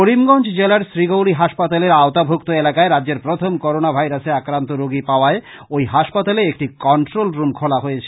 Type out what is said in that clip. করিমগঞ্জ জেলার শ্রীগৌরী হাসপাতালের আওতাভুক্ত এলাকায় রাজ্যের প্রথম করোনা ভাইরাসে আক্রান্ত রোগী পাওয়ায় ঐই হাসপাতালে একটি কন্ট্রোল রুম খোলা হয়েছে